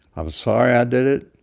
i'm sorry i did it.